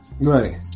Right